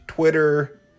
Twitter